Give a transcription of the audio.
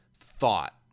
thought